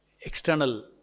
external